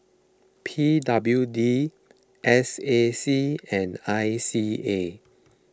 P W D S A C and I C A